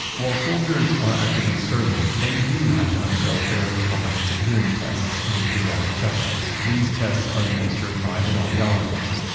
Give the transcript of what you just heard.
while soldiers are actively serving, they do have to undergo fairly comprehensive hearing tests and periodic checkups. these tests are administered by an audiologist,